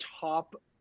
top